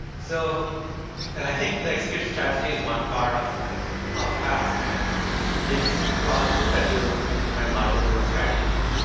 so i think the execution strategy is one part of a fast and it's plausible that we'll implement multiple strategies.